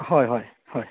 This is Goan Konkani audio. हय हय हय